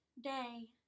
day